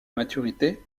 maturité